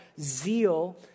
zeal